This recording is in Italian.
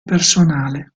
personale